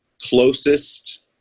closest